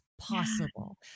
possible